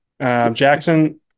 Jackson